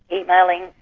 emailing,